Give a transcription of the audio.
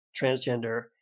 transgender